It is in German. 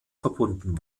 verbunden